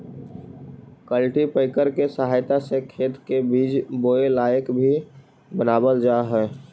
cultipacker के सहायता से खेत के बीज बोए लायक भी बनावल जा हई